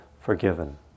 forgiven